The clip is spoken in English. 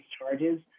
charges